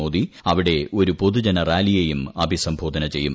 മോദി അവിടെ ഒരു പൊതുജനറാലിയെയും അഭിസംബോധന ചെയ്യും